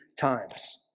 times